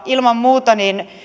ilman muuta